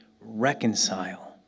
reconcile